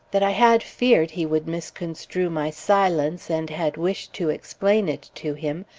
that i had feared he would misconstrue my silence, and had wished to explain it to him,